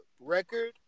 record